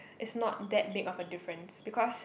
is not that big of a difference because